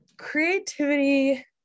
creativity